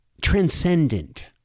Transcendent